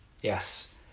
Yes